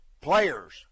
Players